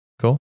Cool